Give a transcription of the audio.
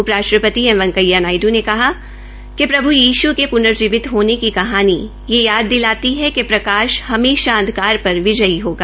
उपराष्ट्रपति एम वैकेंया नायडू ने कहा कि प्रभ् यीश् के प्नजीवित होने की कहानी यह याद दिलाती है प्रकाश हमेशा अंधकार पर विजयी होगा